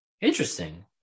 interesting